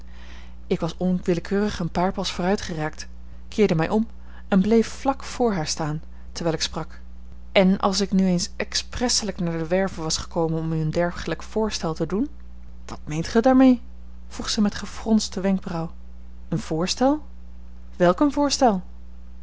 ik was onwillekeurig een paar pas vooruit geraakt keerde mij om en bleef vlak voor haar staan terwijl ik sprak en als ik nu eens expresselijk naar de werve was gekomen om u een dergelijk voorstel te doen wat meent gij daarmee vroeg zij met gefronste wenkbrauw een voorstel welk een voorstel